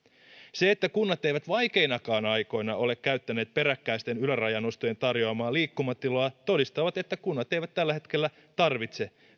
se että kunnat eivät vaikeinakaan aikoina ole käyttäneet peräkkäisten ylärajanostojen tarjoamaa liikkumatilaa todistaa että kunnat eivät tällä hetkellä tarvitse